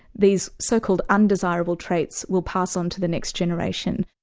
these so-called undesirable traits, will pass on to the next generation.